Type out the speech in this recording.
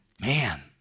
man